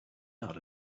out